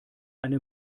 eine